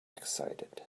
excited